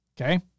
Okay